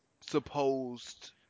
supposed